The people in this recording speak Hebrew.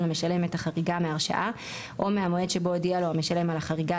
למשלם את החריגה מההרשאה או מהמועד שבו הודיע לו המשלם על החריגה,